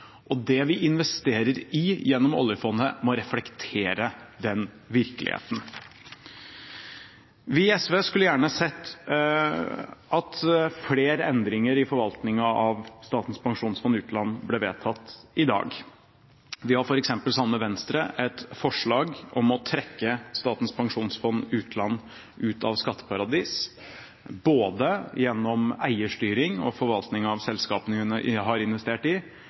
og det vi investerer i gjennom oljefondet, må reflektere den virkeligheten. Vi i SV skulle gjerne sett at flere endringer i forvaltningen av Statens pensjonsfond utland ble vedtatt i dag. Vi har f.eks. sammen med Venstre og Senterpartiet et forslag om å trekke Statens pensjonsfond utland ut av skatteparadis gjennom eierstyring og forvaltning av selskapene en har investert i.